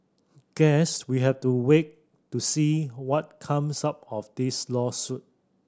guess we have to wait to see what comes out of this lawsuit